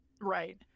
Right